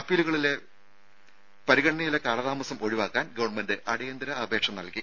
അപ്പീലുകളുടെ പരിഗണനയിലെ കാലതാമസം ഒഴിവാക്കാൻ ഗവൺമെന്റ് അടിയന്തര അപേക്ഷ നൽകി